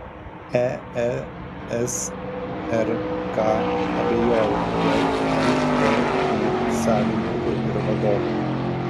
eesrk abejoja dėl mvį savininkų ir vadovų